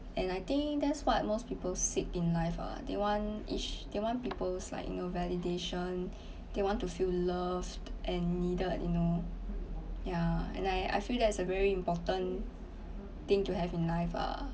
and I think that's what most people seek in life ah they want each they want peoples like you know validation they want to feel loved and needed you know ya and I I feel that is a very important thing to have in life ah